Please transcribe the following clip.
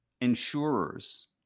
insurers